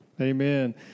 Amen